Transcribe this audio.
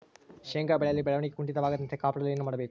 ಶೇಂಗಾ ಬೆಳೆಯಲ್ಲಿ ಬೆಳವಣಿಗೆ ಕುಂಠಿತವಾಗದಂತೆ ಕಾಪಾಡಲು ಏನು ಮಾಡಬೇಕು?